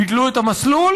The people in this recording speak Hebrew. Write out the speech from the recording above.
ביטלו את המסלול?